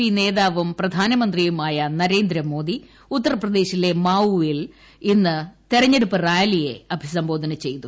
P നേതാവും പ്രധാനമന്ത്രിയുമായ നരേന്ദ്ര മോദി ഉത്തർപ്രദേശിലെ മാഉവിൽ ഇന്ന് തെരഞ്ഞെടുപ്പ് റാലിയെ അഭിസംബോധന ചെയ്തു